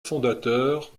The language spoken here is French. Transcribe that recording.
fondateur